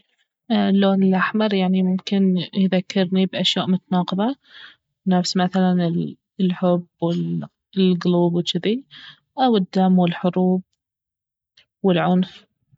اللون الأحمر يعني ممكن يذكرني باشياء متناقضة نفس مثلا الحب والقلوب وجذي او الدم والحروب والعنف